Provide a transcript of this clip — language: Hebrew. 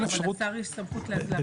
אפשרות --- אבל לשר יש סמכות להרחיב.